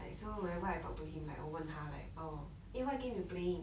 like so whenever I talk to him like 我问他 like oh eh what game you playing